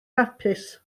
hapus